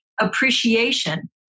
appreciation